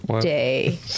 Day